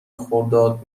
خرداد